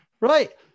right